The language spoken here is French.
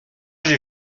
j’ai